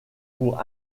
pour